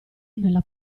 nella